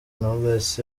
knowless